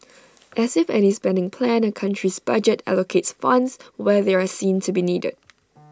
as with any spending plan A country's budget allocates funds where they are seen to be needed